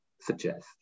suggest